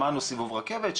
שמענו סיבוב רכבת,